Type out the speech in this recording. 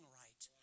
right